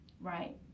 right